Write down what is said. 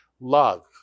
Love